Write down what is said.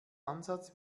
ansatz